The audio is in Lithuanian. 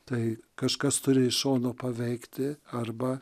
tai kažkas turi iš šono paveikti arba